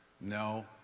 no